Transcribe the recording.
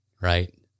right